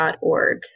org